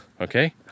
Okay